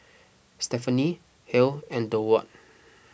Stephani Halle and Durward